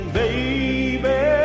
baby